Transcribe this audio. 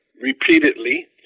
repeatedly